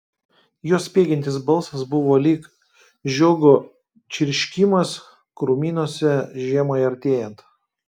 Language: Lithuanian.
jos spiegiantis balsas buvo lyg žiogo čirškimas krūmynuose žiemai artėjant